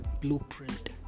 blueprint